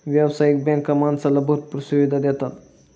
व्यावसायिक बँका माणसाला भरपूर सुविधा देतात